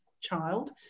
child